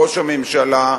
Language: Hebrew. ראש הממשלה,